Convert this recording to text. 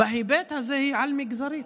בהיבט הזה היא על-מגזרית,